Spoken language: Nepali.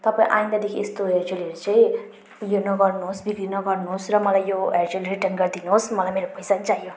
तपाईँ आइन्दादेखि यस्तो हेयर जेलहरू चाहिँ ऊ यो नगर्नुहोस् बिक्री नगर्नुहोस् र मलाई यो हेयर जेल रिटर्न गर्दिनुहोस् मलाई मेरो पैसा चाहियो